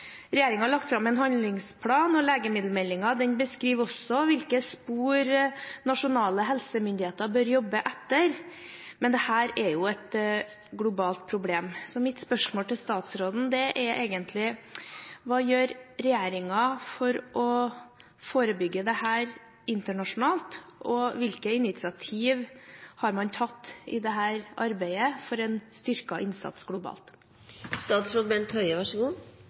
har lagt fram en handlingsplan. Legemiddelmeldingen beskriver også hvilke spor nasjonale helsemyndigheter bør jobbe etter. Men dette er et globalt problem. Så mitt spørsmål til statsråden er egentlig: Hva gjør regjeringen for å forebygge dette internasjonalt, og hvilke initiativ har man tatt i dette arbeidet for en styrket innsats